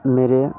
मेरे